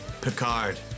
Picard